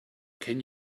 can